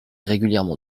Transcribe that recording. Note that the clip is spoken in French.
régulièrement